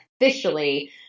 officially